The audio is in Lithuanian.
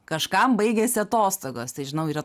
kažkam baigėsi atostogos tai žinau yra